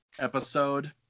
episode